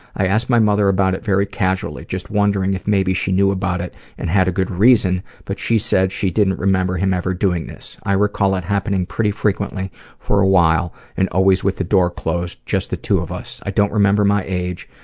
i asked my mother about it very casually, just wondering if maybe she knew about it and had a good reason, but she said she didn't remember him ever doing this. i recall it happening pretty frequently for a while, and always with the door closed, just the two of us. i don't remember my age,